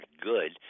good